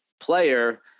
player